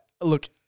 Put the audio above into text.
Look